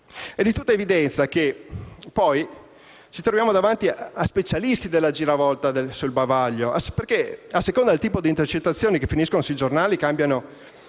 È di tutta evidenza che, poi, ci troviamo davanti a specialisti della giravolta sul bavaglio che, a seconda del tipo di intercettazioni che finiscono sui giornali, cambiano